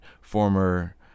former